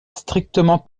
strictement